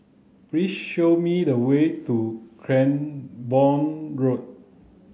please show me the way to Cranborne Road